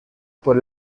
por